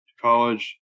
college